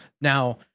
Now